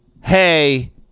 hey